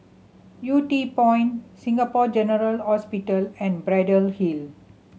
Yew Tee Point Singapore General Hospital and Braddell Hill